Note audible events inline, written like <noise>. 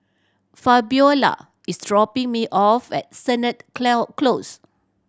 Fabiola is dropping me off at Sennett <unintelligible> Close